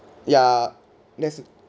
ya that's